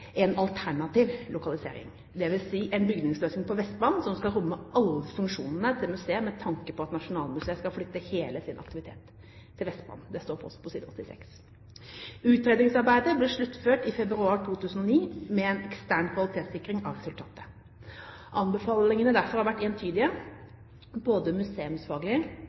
en alternativ lokalisering, dvs. en bygningsløsning på Vestbanen som skal romme alle funksjonene til museet, med tanke på at Nasjonalmuseet skal flytte hele sin aktivitet til Vestbanen. Det står på side 86. Utredningsarbeidet ble sluttført i februar 2009, med en ekstern kvalitetssikring av resultatet. Anbefalingene derfra har vært entydige. Både